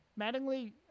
Mattingly